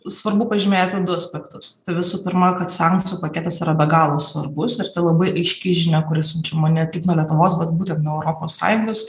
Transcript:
svarbu pažymėti du aspektus visų pirma kad sankcijų paketas yra be galo svarbus ir tai labai aiški žinia kuri siunčiama ne tik nuo lietuvos bet būtent nuo europos sąjungos